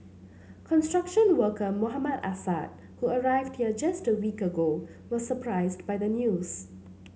construction worker Mohammad Assad who arrived here just a week ago was surprised by the news